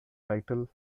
title